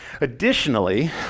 Additionally